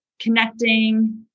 connecting